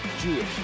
Jewish